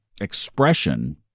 expression